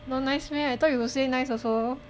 not nice meh I thought you will say nice also